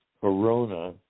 corona